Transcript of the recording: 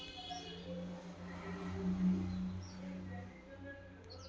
ಹೆಚ್ಚು ಬೆಳಿ ಬೆಳಿಯು ಉದ್ದೇಶಾ ಹೆಚಗಿ ಲಾಭಾ ಪಡಿಯುದು